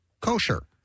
kosher